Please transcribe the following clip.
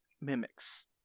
mimics